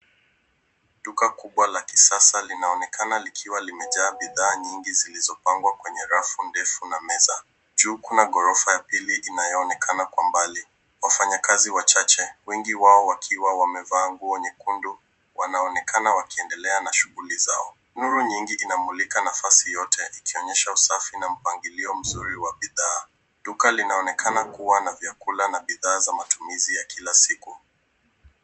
Duka kubwa la kisasa linaonekana likiwa limejaa bidhaa nyingi zilizopangwa kwenye rafu ndefu na meza. Juu kuna ghorofa mbili inayoonekana kwa mbali. Wafanyakazi wachache, wengi wao wakiwa wamevaa nguo nyekundu wanaonekana wakiendelea na shughuli zao. Nuru nyingi inamulika nafasi yote ikionyesha usafi na mpangilio mzuri wa bidhaa. Duka linaonekana kuwa na vyakula na bidhaa za matumizi ya kila siku.